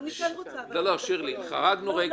אני כן רוצה --- שירלי חרגנו.